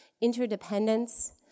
interdependence